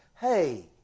Hey